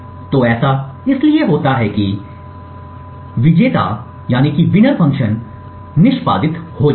तो ऐसा इसलिए होता है क्योंकि विजेता फ़ंक्शन निष्पादित हो जाता है